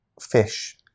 Fish